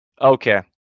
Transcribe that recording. Okay